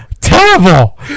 Terrible